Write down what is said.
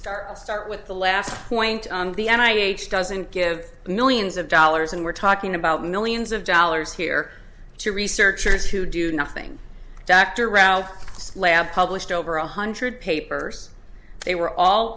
start start with the last point on the end i age doesn't give millions of dollars and we're talking about millions of dollars here to researchers who do nothing dr rao lab published over one hundred papers they were all